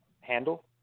handle